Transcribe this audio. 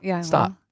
Stop